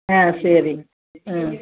ஆ சரிங்க ம்